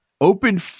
open